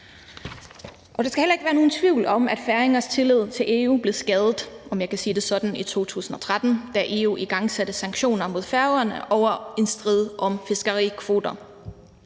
Der skal heller ikke være nogen tvivl om, at færingers tillid til EU blev skadet – om jeg kan sige det sådan – i 2013, da EU igangsatte sanktioner mod Færøerne over en strid om fiskekvoter.